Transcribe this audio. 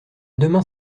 demain